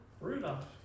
Rudolph